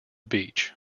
beach